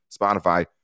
Spotify